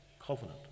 covenant